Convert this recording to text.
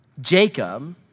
Jacob